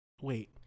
wait